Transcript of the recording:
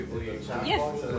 Yes